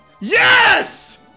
YES